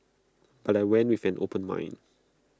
but I went with an open mind